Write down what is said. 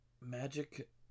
Magic